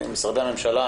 משרדי הממשלה,